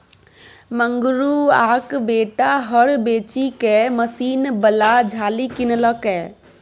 मंगरुआक बेटा हर बेचिकए मशीन बला झालि किनलकै